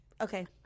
Okay